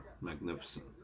magnificent